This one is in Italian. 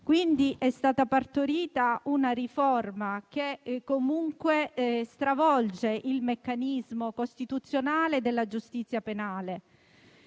È stata partorita una riforma che stravolge il meccanismo costituzionale della giustizia penale